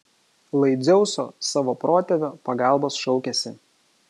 lai dzeuso savo protėvio pagalbos šaukiasi